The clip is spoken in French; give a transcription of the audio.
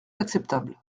acceptable